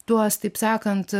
tuos taip sakant